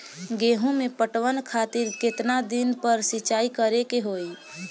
गेहूं में पटवन खातिर केतना दिन पर सिंचाई करें के होई?